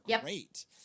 great